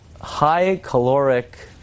high-caloric